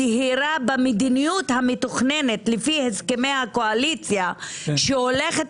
הדהירה במדיניות המתוכננת לפי הסכמי הקואליציה שהולכת